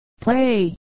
play